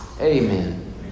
Amen